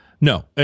No